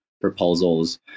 proposals